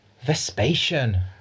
Vespasian